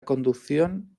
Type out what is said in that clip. conducción